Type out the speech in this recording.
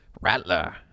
Rattler